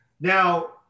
Now